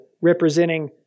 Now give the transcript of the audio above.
representing